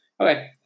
Okay